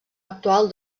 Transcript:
actual